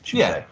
yeah,